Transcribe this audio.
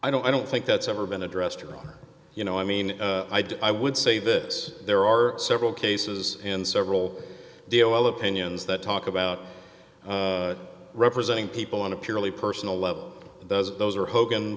i don't i don't think that's ever been addressed or you know i mean i would say this there are several cases in several dio opinions that talk about representing people on a purely personal level those those are hogan